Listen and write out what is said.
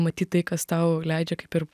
matyt tai kas tau leidžia kaip ir